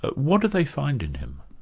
what do they find in him?